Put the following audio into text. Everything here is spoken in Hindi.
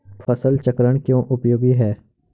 फसल चक्रण क्यों उपयोगी है?